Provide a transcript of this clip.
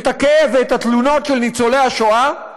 את הכאב ואת התלונות של ניצולי השואה,